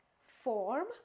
form